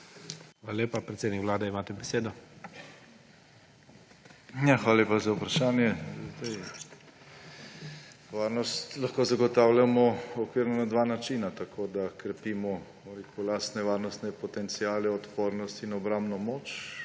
Hvala lepa. Predsednik vlade, imate besedo. **JANEZ (IVAN) JANŠA:** Hvala lepa za vprašanje. Varnost lahko zagotavljamo okvirno na dva načina; tako da krepimo lastne varnostne potenciale, odpornost in obrambno moč